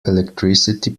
electricity